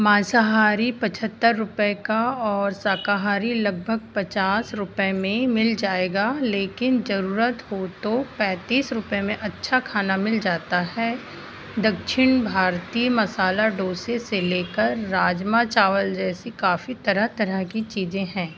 माँसाहारी पछहत्तर रुपये का और शाकाहारी लगभग पचास रुपये में मिल जाएगा लेकिन ज़रूरत हो तो पैँतीस रुपये में अच्छा खाना मिल जाता है दक्षिण भारतीय मसाला डोसे से लेकर राज़मा चावल जैसी काफ़ी तरह तरह की चीज़ें हैं